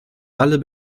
alle